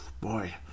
boy